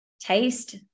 taste